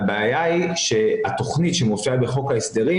הבעיה היא שהתוכנית שמופיעה בחוק ההסדרים